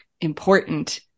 important